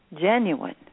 genuine